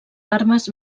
armes